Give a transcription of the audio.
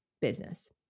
business